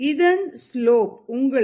இதன் ஸ்லோப் உங்களுக்கு 58